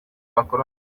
abakoloni